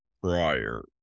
prior